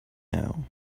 now